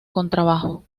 contrabajo